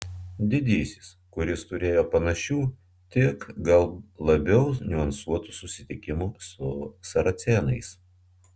didysis kuris turėjo panašių tik gal labiau niuansuotų susitikimų su saracėnais